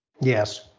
Yes